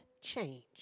change